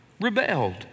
rebelled